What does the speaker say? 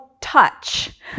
touch